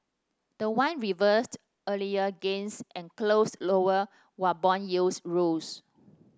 the won reversed earlier gains and closed lower while bond yields rose